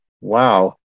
Wow